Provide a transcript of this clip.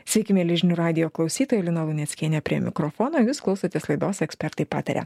sveiki mieli žinių radijo klausytojai lina luneckienė prie mikrofono jūs klausotės laidos ekspertai pataria